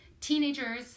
teenagers